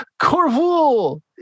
Corvul